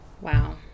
Wow